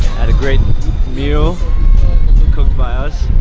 had a great meal cooked by us